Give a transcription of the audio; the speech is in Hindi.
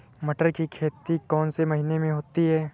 मटर की खेती कौन से महीने में होती है?